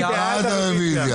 מי בעד הרוויזיה.